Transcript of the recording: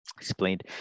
Explained